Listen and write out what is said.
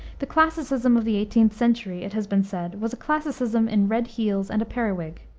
the classicism of the eighteenth century, it has been said, was a classicism in red heels and a periwig.